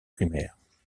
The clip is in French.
primaires